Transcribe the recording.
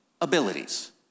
abilities